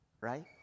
right